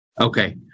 Okay